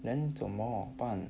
then 怎么办